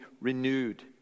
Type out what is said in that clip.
renewed